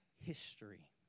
History